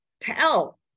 Tell